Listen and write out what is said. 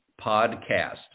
podcast